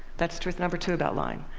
that's truth number two about lying.